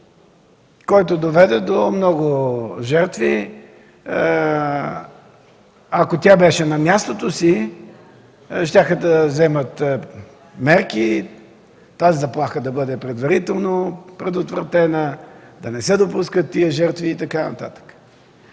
който доведе до много жертви. Ако тя беше на мястото си, щеше да вземе мерки заплахата да бъде предварително предотвратена, да не се допускат тези жертви и така нататък.